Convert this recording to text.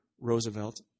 Roosevelt